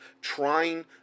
trying